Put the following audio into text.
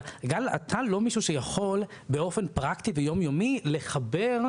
גל אתה לא מישהו שיכול באופן פרקטי ויום יומי לחבר?